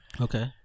Okay